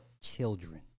children